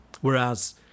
Whereas